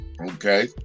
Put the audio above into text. Okay